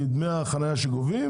מדמי החנייה שגובים,